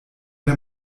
der